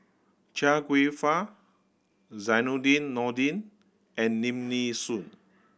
Chia Kwek Fah Zainudin Nordin and Lim Nee Soon